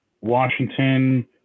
Washington